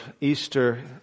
Easter